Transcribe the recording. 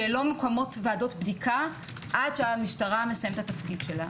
שלא מוקמות ועדות בדיקה עד שהמשטרה מסיימת את התפקיד שלה.